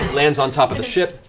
lands on top of the ship,